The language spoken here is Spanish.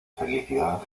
felicidad